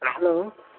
hello